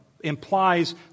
implies